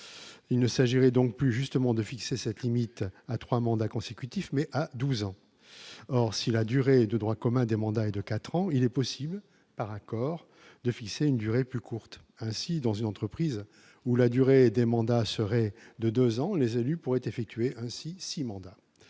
Il ne s'agirait donc plus justement de fixer cette limite à 3 mandats consécutifs, mais à 12 ans or si la durée de droit commun des mandats et de 4 ans, il est possible, par accord de fixer une durée plus courte, ainsi dans une entreprise où la durée des mandats serait de 2 ans, les élus pourraient effectuer ainsi 6 mandats